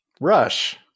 Rush